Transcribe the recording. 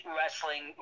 Wrestling